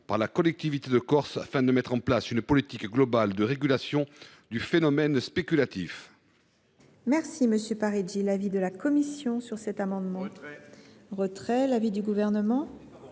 par la collectivité, afin de mettre en place une politique globale de régulation du phénomène spéculatif.